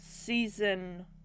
Season